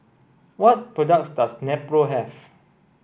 what products does Nepro have